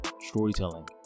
storytelling